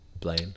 Blaine